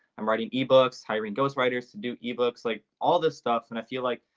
i'm writing ebooks, hiring ghost writers to do ebooks like all this stuff, and i feel like,